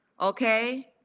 okay